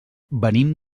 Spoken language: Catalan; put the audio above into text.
venim